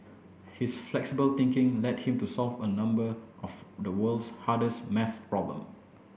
his flexible thinking led him to solve a number of the world's hardest maths problem